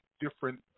different